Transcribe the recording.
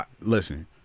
Listen